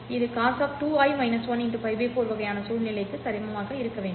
இது காஸ் π 4 வகையான சூழ்நிலைக்கு சமமாக இருக்க வேண்டும்